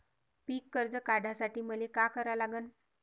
पिक कर्ज काढासाठी मले का करा लागन?